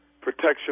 Protection